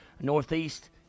Northeast